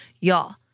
Y'all